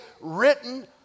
written